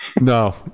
No